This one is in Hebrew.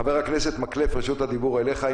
חבר הכנסת מקלב, רשות הדיבור אליך.